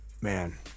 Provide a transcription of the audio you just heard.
Man